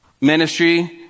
ministry